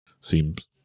Seems